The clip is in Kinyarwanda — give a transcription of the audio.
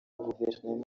guverinoma